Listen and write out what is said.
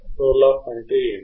role off అంటే ఏమిటి